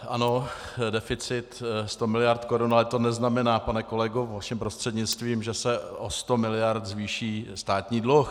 Ano, deficit 100 mld. korun, ale to neznamená, pane kolego, vaším prostřednictvím, že se o 100 mld. zvýší státní dluh.